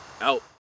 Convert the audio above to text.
out